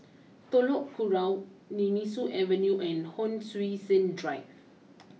Telok Kurau Nemesu Avenue and Hon Sui Sen Drive